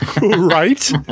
Right